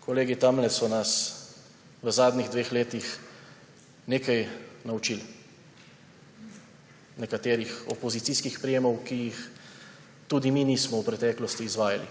kolegi tamle so nas v zadnjih dveh letih nekaj naučili, nekaterih opozicijskih prijemov, ki jih tudi mi nismo v preteklosti izvajali.